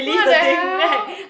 what the hell